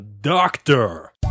doctor